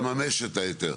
צריך לממש את ההיתר.